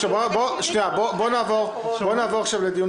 בואו נתחיל עם הדברים